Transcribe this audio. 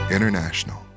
International